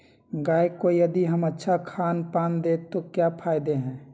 गाय को यदि हम अच्छा खानपान दें तो क्या फायदे हैं?